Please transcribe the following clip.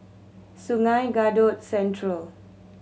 Sungei Kadut Central